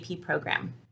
program